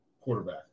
quarterback